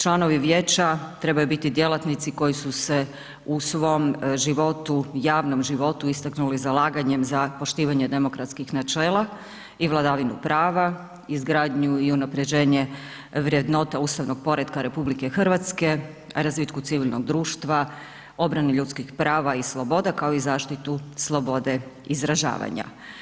Članovi vijeća trebaju biti djelatnici koji su se u svom životu, javnom životu istaknuli zalaganjem za poštivanje demokratskih načela i vladavinu prava, izgradnju i unaprjeđenje vrednota ustavnog poretka RH, razvitku civilnog društva, obrani ljudskih prava i sloboda, kao i zaštitu slobode izražavanja.